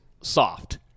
soft